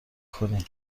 کنی